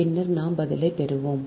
பின்னர் நாம் பதிலைப் பெறுவோம்